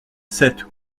sept